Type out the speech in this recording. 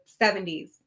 70s